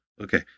okay